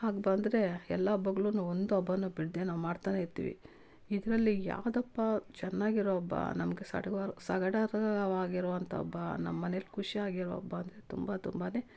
ಹಾಗೆ ಬಂದರೆ ಎಲ್ಲ ಹಬ್ಬಗ್ಳು ಒಂದು ಹಬ್ಬ ಬಿಡದೆ ನಾವು ಮಾಡ್ತಾನೆ ಇರ್ತೀವಿ ಇದರಲ್ಲಿ ಯಾವುದಪ್ಪ ಚೆನ್ನಾಗಿರೋ ಹಬ್ಬ ನಮಗೆ ಸಡಗರ ಸಡಗರವಾಗಿರುವಂಥ ಹಬ್ಬ ನಮ್ಮಮನೇಲ್ ಖುಷಿಯಾಗಿರೋ ಹಬ್ಬ ಅಂದರೆ ತುಂಬ ತುಂಬಾ